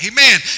Amen